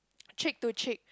cheek to cheek